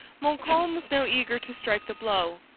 montcalm was now eager to strike the blow.